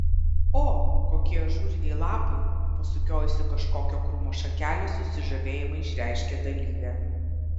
o kokie ažūriniai lapai pasukiojusi kažkokio krūmo šakelę susižavėjimą išreiškė dalyvė